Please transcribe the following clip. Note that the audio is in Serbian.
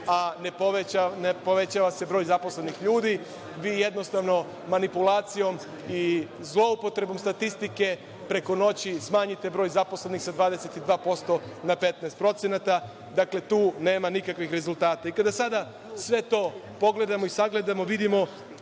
a ne povećava se broj zaposlenih ljudi. Vi jednostavno manipulacijom i zloupotrebom statistike preko noći smanjite broj zaposlenih sa 22% na 15%. Dakle, tu nema nikakvih rezultata. Kada sada sve to pogledamo i sagledamo, vidimo